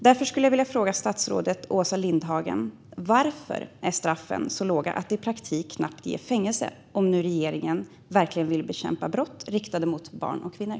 Därför skulle jag vilja fråga statsrådet Åsa Lindhagen: Varför är straffen så låga att det i praktiken knappt ger fängelse om nu regeringen verkligen vill bekämpa brott riktade mot barn och kvinnor?